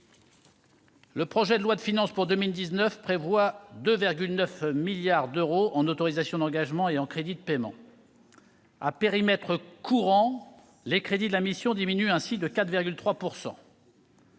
Le projet de loi de finances pour 2019 prévoit 2,9 milliards d'euros en autorisations d'engagement et en crédits de paiement. À périmètre courant, les crédits de la mission diminuent ainsi de 4,3 %.